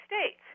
States